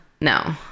No